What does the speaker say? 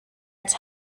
its